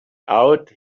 out